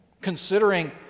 considering